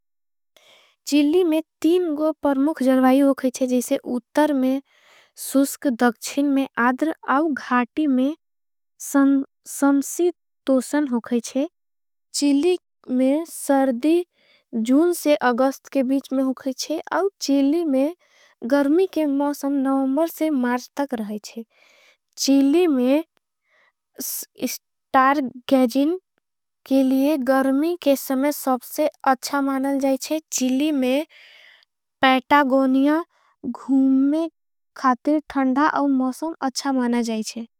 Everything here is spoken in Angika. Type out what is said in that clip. चिली में तीन गो परमुख जल्वाई होगई थे जैसे उतर में सुस्क दक्षिन में। आधर औँ घाटी में समसी तोसन होगई थे चिली में सरदी जून से अगस्त। के बीच में होगई थे औँ चिली में गर्मी के मौसम नौवंबर से मार्ज तक रहे थे। चिली में स्टार गैजिन के लिए गर्मी के समय सबसे अच्छा माना जाई थे। चिली में पैटागोनिया घूम में खातीर थंदा औँ मौसम अच्छा माना जाई थे।